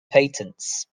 patents